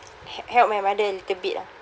h~ help my mother a little bit lah